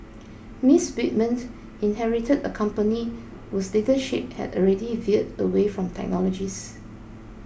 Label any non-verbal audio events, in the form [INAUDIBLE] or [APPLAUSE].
Miss Whitman [NOISE] inherited a company whose leadership had already veered away from technologists